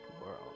world